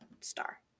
star